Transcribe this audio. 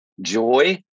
joy